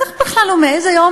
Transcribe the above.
אז איך בכלל הוא מעז היום,